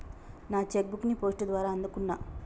నా cheque book ని post ద్వారా అందుకున్నా